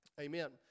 Amen